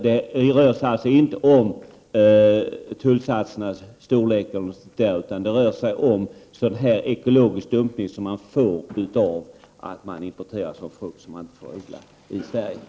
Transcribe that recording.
Det rör sig alltså inte om tullsatsernas storlek utan om sådan ekologisk dumpning som blir följden av att det importeras frukt som man inte får odla i Sverige.